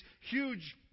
huge